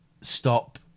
stop